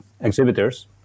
exhibitors